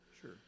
Sure